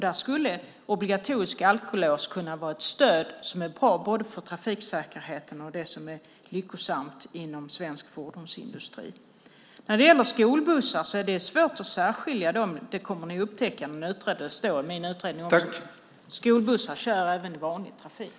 Där skulle obligatoriskt alkolås kunna vara ett stöd som både är bra för trafiksäkerheten och lyckosamt för svensk fordonsindustri. Skolbussar är svåra att särskilja. Det kommer ni att upptäcka, och det står också i min utredning. Skolbussar kör nämligen också i vanlig trafik.